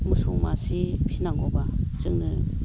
मोसौ मासे फिनांगौब्ला जोंनो